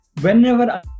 whenever